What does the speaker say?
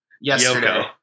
yesterday